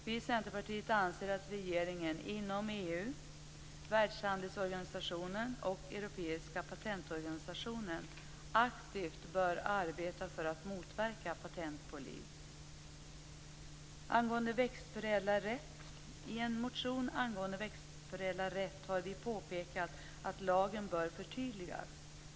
Vi i Centerpartiet anser att regeringen inom EU, Världshandelsorganisationen och Europeiska patentorganisationen aktivt bör arbeta för att motverka patent på liv. I en motion angående växtförädlarrätt har vi påpekat att lagen bör förtydligas.